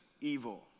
evil